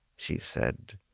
she said.